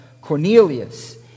Cornelius